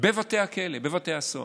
בבתי הכלא, בבתי הסוהר.